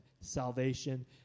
salvation